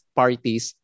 parties